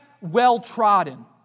well-trodden